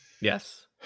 Yes